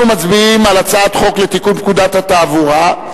אנחנו מצביעים על הצעת חוק לתיקון פקודת התעבורה,